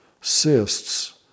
cysts